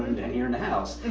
in here in the house.